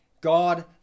God